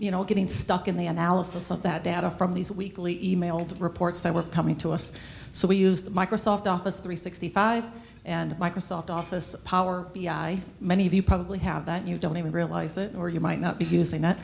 you know getting stuck in the analysis of that data from these weekly emailed reports that were coming to us so we used the microsoft office three sixty five and microsoft office power many of you probably have that you don't even realize it or you might not be using that